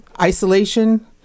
Isolation